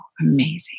amazing